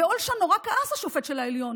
ואולשן נורא כעס, השופט של העליון.